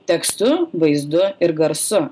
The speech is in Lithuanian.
tekstu vaizdu ir garsu